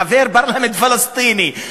חבר פרלמנט פלסטיני,